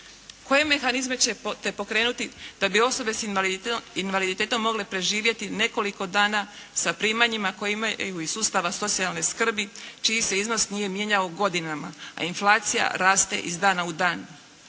Koje mehanizme ćete pokrenuti da bi osobe s invaliditetom mogle preživjeti nekoliko dana sa primanjima koje imaju iz sustava socijalne skrbi čiji se iznos nije mijenjao godinama, a inflacija raste iz dana u dan.